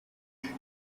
dieci